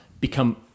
become